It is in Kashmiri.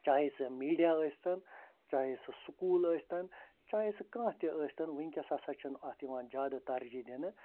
چاہے سُہ میٖڈیا ٲسۍتَن چاہے سُہ سکوٗل ٲسۍتَن چاہے سُہ کانٛہہ تہِ ٲسۍتَن وُنکٮ۪س ہَسا چھِ نہٕ اتھ یِوان زیادٕ ترجیح دِنہٕ